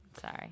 Sorry